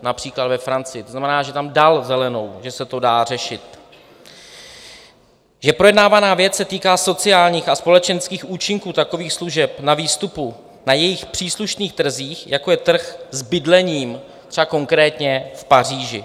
To znamená, že tam dal zelenou, že se to dá řešit, že projednávaná věc se týká sociálních a společenských účinků takových služeb na výstupu na jejich příslušných trzích, jako je trh s bydlením, třeba konkrétně v Paříži.